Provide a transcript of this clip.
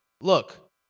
look